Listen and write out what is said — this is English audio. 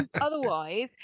Otherwise